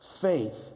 faith